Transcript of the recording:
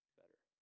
better